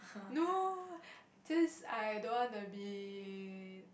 no just I don't wanna be